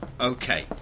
Okay